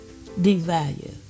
devalue